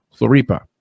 Floripa